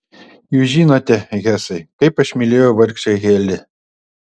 jūs žinote hesai kaip aš mylėjau vargšę heli